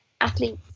athletes